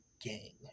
gang